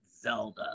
Zelda